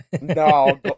No